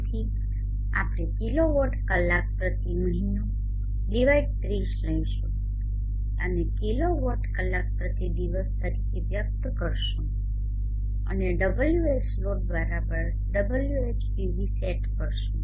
તેથી આપણે કિલોવોટ કલાક પ્રતિ મહિનો30 લઈશું અને કિલોવોટ કલાક પ્રતિ દિવસ તરીકે વ્યક્ત કરીશું અને WhloadWhpv સેટ કરીશું